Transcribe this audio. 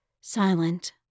silent